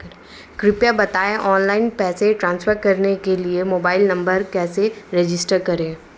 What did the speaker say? कृपया बताएं ऑनलाइन पैसे ट्रांसफर करने के लिए मोबाइल नंबर कैसे रजिस्टर करें?